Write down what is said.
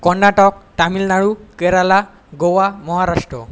Karnataka Tamil Nadu Kerala Goa Maharashtra